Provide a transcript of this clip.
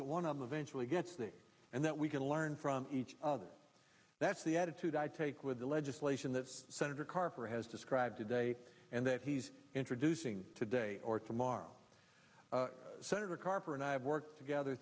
that one of the eventually gets there and that we can learn from each other that's the attitude i take with the legislation that's senator carper has described today and that he's introducing today or tomorrow senator carper and i have worked together